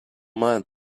mind